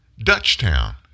Dutchtown